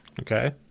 Okay